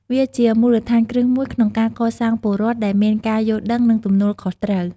វាជាមូលដ្ឋានគ្រឹះមួយក្នុងការកសាងពលរដ្ឋដែលមានការយល់ដឹង និងទំនួលខុសត្រូវ។